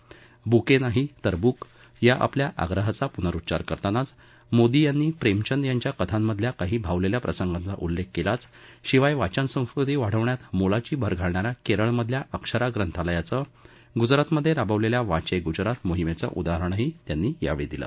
ब्के नाही तर ब्क या आपल्या आग्रहाचा प्नरुच्चार करतानाच मोदी यांनी प्रेमचंद यांच्या कथांमधल्याल काही भावलेल्या प्रसंगांचा उल्लेख केलाच शिवाय वाचनसंस्कृती वाढवण्यात मोलाची भर घालणाऱ्या केरळमधल्या अक्षरा ग्रंथालयाचं गुजरातमध्ये राबवलेल्या वांचे गुजरात मोहिमेचं उदाहरणही त्यांनी दिलं